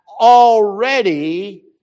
already